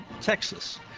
Texas